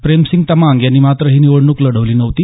प्रेमसिंग तमांग यांनी मात्र ही निवडणूक लढवली नव्हती